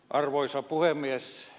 arvoisa puhemies